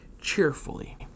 cheerfully